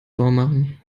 vormachen